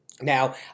Now